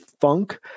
funk